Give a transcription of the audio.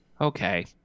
Okay